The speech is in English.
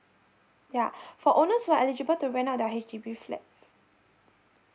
ya for owners who are eligible to rent out their H_D_B flats